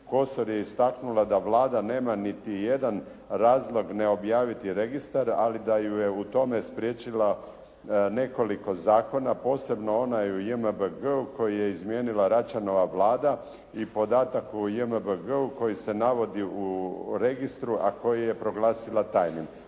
"Kosor je istaknula da Vlada nema niti jedan razlog ne objaviti registar, ali da ju je u tome spriječila nekoliko zakona, posebno onaj o JMBG-u koji je izmijenila Račanova vlada i podatak o JMBG-u koji se navodi u registru, a koji je proglasila tajnim".